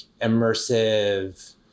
immersive